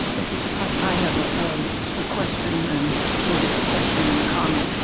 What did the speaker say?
thank you. i have ah a question, and sort of a question and a comment.